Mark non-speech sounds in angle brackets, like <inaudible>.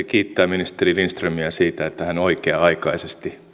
<unintelligible> kiittää ministeri lindströmiä siitä että hän oikea aikaisesti